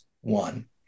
one